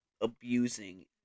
abusing